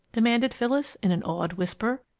demanded phyllis, in an awed whisper.